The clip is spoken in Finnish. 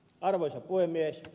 arvoisa puhemies